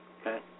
Okay